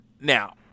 Now